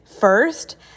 first